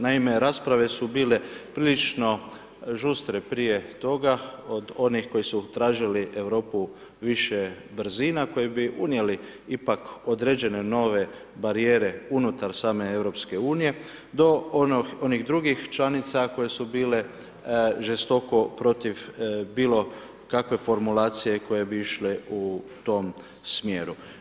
Naime, rasprave su bile prilično žustre prije toga od onih koji su tražili Europu više brzina koji bi unijeli ipak određene nove barijere unutar same EU do onih drugih članica koje su bile žestoko protiv bilo kakve formulacije koje bi išle u tom smjeru.